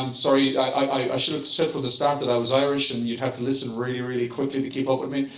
um sorry, i should have said from the start that i was irish and you'd have to listen really, really quickly to keep up with me.